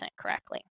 correctly